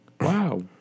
Wow